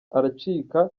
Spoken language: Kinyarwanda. aracika